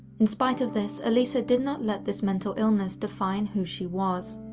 in spite of this, elisa did not let this mental illness define who she was.